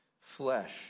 flesh